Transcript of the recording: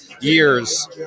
years